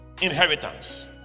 inheritance